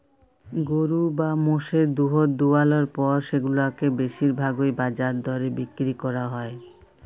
গরু বা মোষের দুহুদ দুয়ালর পর সেগুলাকে বেশির ভাগই বাজার দরে বিক্কিরি ক্যরা হ্যয়